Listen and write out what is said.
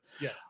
Yes